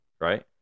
right